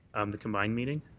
the combined meeting.